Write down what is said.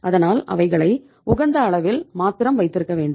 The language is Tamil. அதனால் அவைகளை உகந்த அளவில் மாத்திரம் வைத்திருக்க வேண்டும்